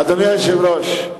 אדוני היושב-ראש,